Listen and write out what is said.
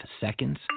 seconds